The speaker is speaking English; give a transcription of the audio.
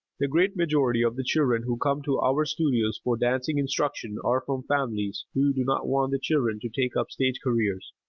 the great majority of the children who come to our studios for dancing instruction are from families who do not want the children to take up stage careers,